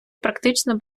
практично